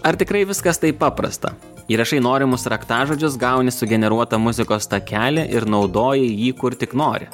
ar tikrai viskas taip paprasta įrašai norimus raktažodžius gauni sugeneruotą muzikos takelį ir naudoji jį kur tik nori